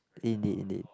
indeed indeed